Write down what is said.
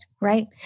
right